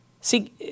see